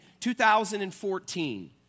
2014